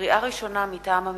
לקריאה ראשונה, מטעם הממשלה: